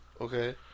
Okay